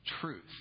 Truth